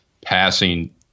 passing